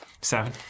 Seven